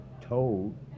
told